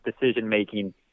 decision-making